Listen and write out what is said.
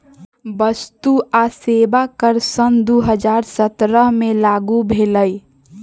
वस्तु आ सेवा कर सन दू हज़ार सत्रह से लागू भेलई